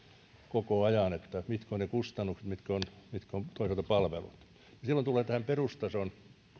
koko ajan tehdä näitä vaikuttavuusselvityksiä että mitkä ovat ne kustannukset mitkä ovat toisaalta palvelut ja silloin tullaan tähän perustason